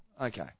Okay